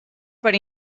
per